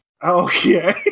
Okay